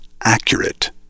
accurate